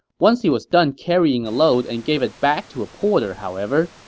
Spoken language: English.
once he was done carrying a load and gave it back to a porter, however,